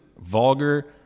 vulgar